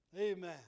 Amen